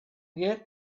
get